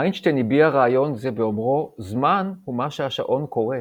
איינשטיין הביע רעיון זה באומרו "זמן הוא מה שהשעון קורא",